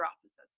offices